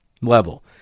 level